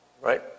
right